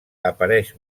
apareix